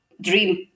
dream